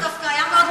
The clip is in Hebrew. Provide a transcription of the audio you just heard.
למה?